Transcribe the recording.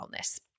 wellness